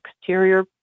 exterior